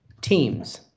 teams